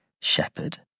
shepherd